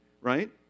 right